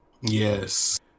Yes